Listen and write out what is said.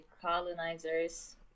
colonizers